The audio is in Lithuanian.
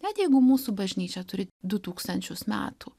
net jeigu mūsų bažnyčia turi du tūkstančius metų